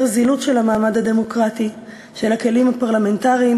זילות של המעמד הדמוקרטי ושל הכלים הפרלמנטריים,